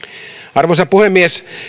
arvoisa puhemies